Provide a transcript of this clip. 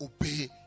Obey